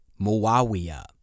Muawiyah